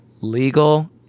legal